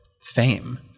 fame